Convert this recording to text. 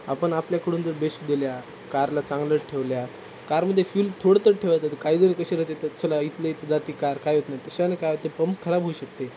आपण आपल्याकडून जर बेश दिलं कारला चांगलं ठेवलं कारमध्ये फ्यूल थोडं तर ठेवायचं काहीतरी कसे राहते तर चला इथलं इथं जाती कार काय होत नाही तशाने काय होते पंप खराब होऊ शकते